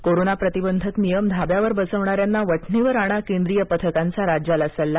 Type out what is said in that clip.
corona प्रतिबंधक नियम धाब्यावर बसवणाऱ्यांना वठणीवर आणा केंद्रीय पथकांचा राज्याला सल्ला